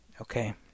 Okay